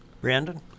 Brandon